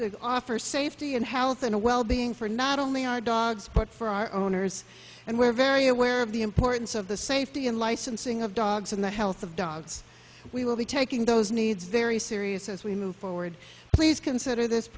to offer safety and health and wellbeing for not only our dogs but for our owners and we're very aware of the importance of the safety and licensing of dogs in the health of dogs we will be taking those needs very serious as we move forward please consider this